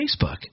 Facebook